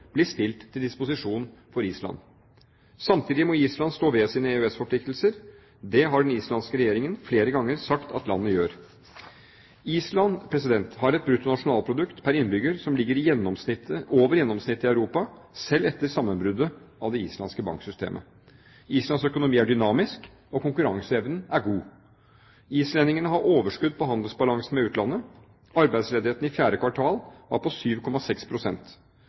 blir stilt til disposisjon for Island. Samtidig må Island stå ved sine EØS-forpliktelser. Det har den islandske regjeringen flere ganger sagt at landet gjør. Island har et bruttonasjonalprodukt pr. innbygger som ligger over gjennomsnittet i Europa, selv etter sammenbruddet i det islandske bankvesenet. Islands økonomi er dynamisk, og konkurranseevnen er god. Islendingene har overskudd på handelsbalansen med utlandet. Arbeidsledigheten i fjerde kvartal var på